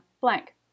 blank